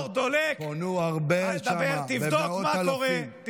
פונו הרבה שם, מאות אלפים ברחו מהגבול.